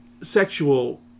sexual